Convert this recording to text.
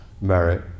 merit